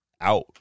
Out